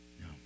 No